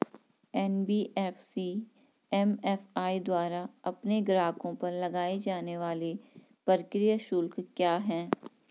NBFC MFI द्वारा अपने ग्राहकों पर लगाए जाने वाले प्रक्रिया शुल्क क्या क्या हैं?